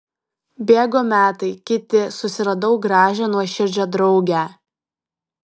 bėgo metai kiti susiradau gražią nuoširdžią draugę